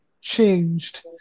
changed